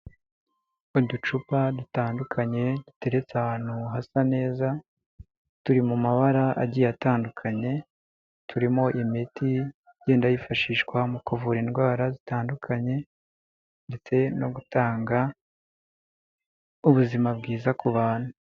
Uducupa dutandukanye duteretse ahantu hasa neza, turi mu mabara agiye atandukanye, turimo imiti igenda yifashishwa mu kuvura indwara zitandukanye, ndetse no gutanga ubuzima bwiza ku bantu.